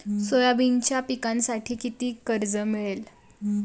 सोयाबीनच्या पिकांसाठी किती कर्ज मिळेल?